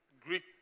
Greek